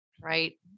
right